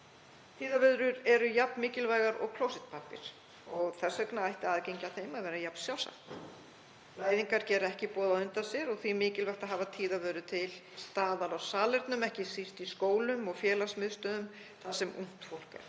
Tíðavörur eru jafn mikilvægar og klósettpappír og þess vegna ætti aðgengi að þeim að vera jafn sjálfsagt. Blæðingar gera ekki boð á undan sér og því mikilvægt að hafa tíðavörur til staðar á salernum, ekki síst í skólum og félagsmiðstöðvum þar sem ungt fólk er.